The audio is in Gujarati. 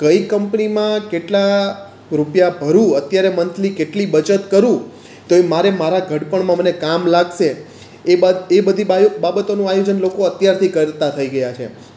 કઈ કંપનીમાં કેટલા રૂપિયા ભરું અત્યારે મંથલી કેટલી બચત કરું તો એ મારે મારા ઘડપણમાં મને કામ લાગશે એ બધી બાબતોનું આયોજન લોકો અત્યારથી કરતા થઈ ગયા છે